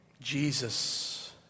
Jesus